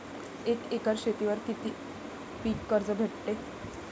एक एकर शेतीवर किती पीक कर्ज भेटते?